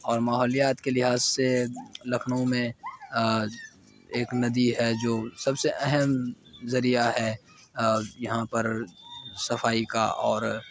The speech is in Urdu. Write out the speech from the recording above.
اور ماحولیات کے لحاظ سے لکھنؤ میں ایک ندی ہے جو سب سے اہم ذریعہ ہے یہاں پر صفائی کا اور